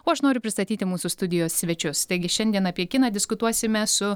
o aš noriu pristatyti mūsų studijos svečius taigi šiandien apie kiną diskutuosime su